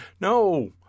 No